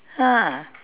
ah